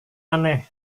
aneh